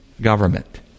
government